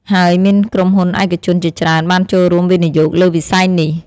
ហើយមានក្រុមហ៊ុនឯកជនជាច្រើនបានចូលរួមវិនិយោគលើវិស័យនេះ។